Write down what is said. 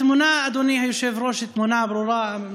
התמונה, אדוני היושב-ראש, היא תמונה ברורה.